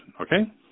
okay